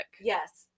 Yes